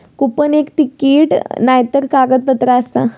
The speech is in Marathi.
कुपन एक तिकीट नायतर कागदपत्र आसा